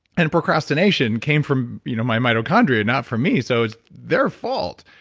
and procrastination came from you know my mitochondria, not from me, so it's their fault.